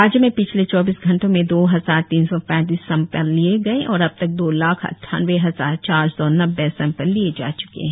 राज्य में पिछले चौबीस घंटों में दो हजार तीन सौ पैतीस सैंपल लिए गए और अबतक दो लाख अद्वानबे हजार चार सौ नब्बे सैंपल लिए जा चुके है